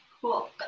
Cool